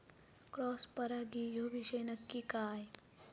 Cross परागी ह्यो विषय नक्की काय?